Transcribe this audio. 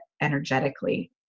energetically